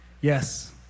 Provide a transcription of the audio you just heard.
yes